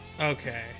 Okay